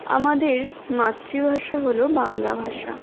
আমাদের মাতৃভাষা হলো বাংলা ভাষা